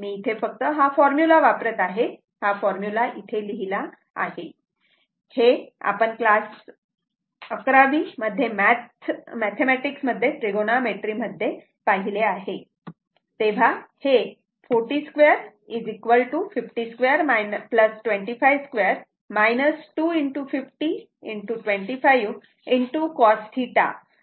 मी इथे फक्त हा फॉर्म्युला वापरत आहे हा फॉर्म्युला इथे लिहिले हे आपण क्लास 11 मॅथेमॅटिक मध्ये त्रिगोनामेट्री मध्ये पाहिले आहे तेव्हा हे आपण 402 502 252 2 50 25 cos θ